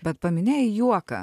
bet paminėjai juoką